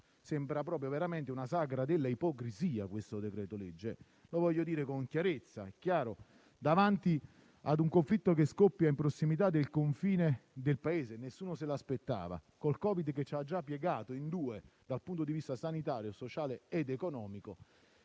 sembra proprio la sagra dell'ipocrisia, lo voglio dire con chiarezza: davanti a un conflitto che scoppia in prossimità del confine del Paese, e nessuno se l'aspettava, con il Covid che ci ha già piegato in due dal punto di vista sanitario, sociale ed economico,